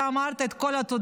אתה אמרת את כל התודות,